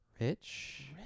Rich